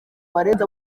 barenze